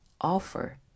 offer